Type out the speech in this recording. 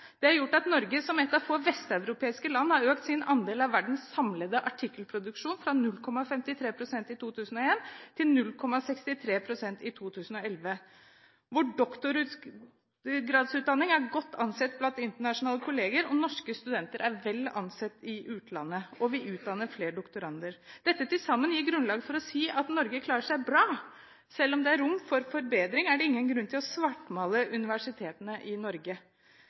Det har gjort at Norge som et av få vesteuropeiske land har økt sin andel av verdens samlede artikkelproduksjon fra 0,53 pst. i 2001 til 0,63 pst. i 2011. Vår doktorgradsutdanning er godt ansett blant internasjonale kolleger, norske studenter er vel ansett i utlandet, og vi utdanner flere doktorander. Dette til sammen gir grunnlag for å si at Norge klarer seg bra. Selv om det er rom for forbedring, er det ingen grunn til å svartmale universitetene i Norge.